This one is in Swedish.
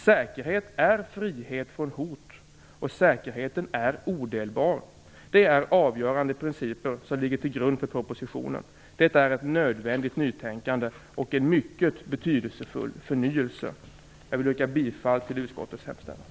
Säkerhet är frihet från hot, och säkerheten är odelbar. Det är avgörande principer som ligger till grund för propositionen. Det är ett nödvändigt nytänkande och en mycket betydelsefull förnyelse. Jag vill yrka bifall till utskottets hemställan.